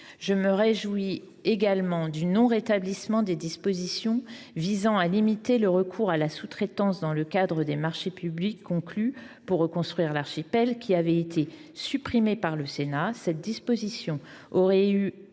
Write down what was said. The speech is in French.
Je me réjouis par ailleurs du non rétablissement des mesures visant à limiter le recours à la sous traitance dans le cadre des marchés publics conclus pour reconstruire l’archipel, qui avaient été supprimées par le Sénat. Ces dispositions auraient en